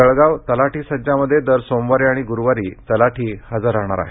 तळगाव तलाठी सज्जामध्ये दर सोमवारी आणि ग्रुवारी तलाठी हजर राहणार आहेत